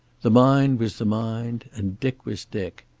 the mind was the mind, and dick was dick.